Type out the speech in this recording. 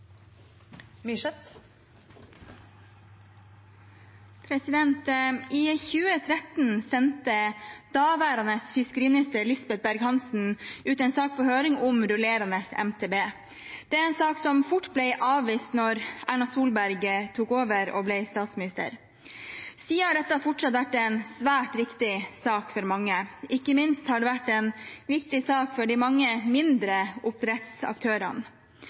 minutter. I 2013 sendte daværende fiskeriminister Lisbeth Berg-Hansen ut en sak på høring om rullerende MTB. Det var en sak som fort ble avvist da Erna Solberg tok over og ble statsminister. Siden har dette fortsatt å være en svært viktig sak for mange, ikke minst har det vært en viktig sak for de mange mindre